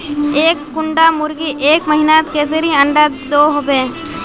एक कुंडा मुर्गी एक महीनात कतेरी अंडा दो होबे?